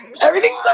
everything's